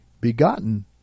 begotten